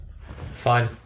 Fine